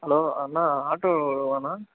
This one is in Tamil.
ஹலோ அண்ணா ஆட்டோவாணா